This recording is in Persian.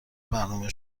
برنامه